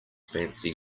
fancy